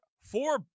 four